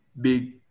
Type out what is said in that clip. big